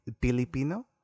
Filipino